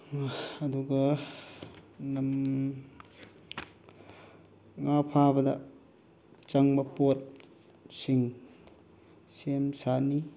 ꯑꯗꯨꯒ ꯉꯥ ꯐꯥꯕꯗ ꯆꯪꯕ ꯄꯣꯠꯁꯤꯡ ꯁꯦꯝ ꯁꯥꯅꯤ